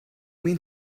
mean